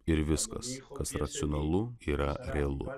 ir viskas kas racionalu yra realu